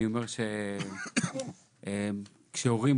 כאשר להורים,